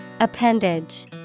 Appendage